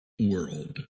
world